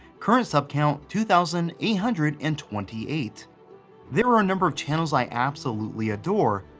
current sub count two thousand eight hundred and twenty eight there are a number of channels i absolutely adore,